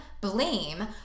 blame